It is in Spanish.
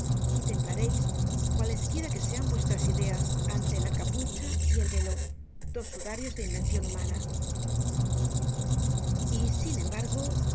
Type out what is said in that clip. y temblareis cualesquiera que sean vuestras ideas ante la capucha y el velo dos sudarios de invencion humana y sin embargo